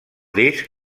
disc